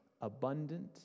abundant